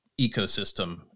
ecosystem